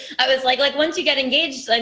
i was like, like once you get engaged, and